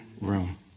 room